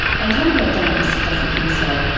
antonio dans doesn't think so.